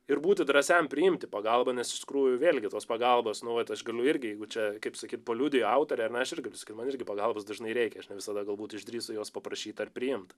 ir būti drąsiam priimti pagalbą nes iš tikrųjų vėl gi tos pagalbos nu vat aš galiu irgi jeigu čia kaip sakyt paliudijo autorė ar ne aš irgi galiu sakyt man irgi pagalbos dažnai reikia aš ne visada galbūt išdrįstu jos paprašyt ar priimt